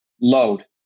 load